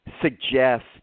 suggest